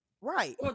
Right